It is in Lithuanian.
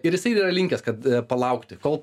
ir jisai yra linkęs kad palaukti kol